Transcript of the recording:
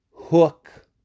hook